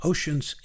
Ocean's